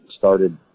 started